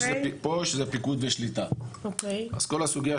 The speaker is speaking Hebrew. משה: פו"ש זה פיקוד ושליטה אז כל הסוגייה